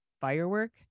Firework